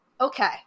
Okay